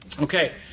Okay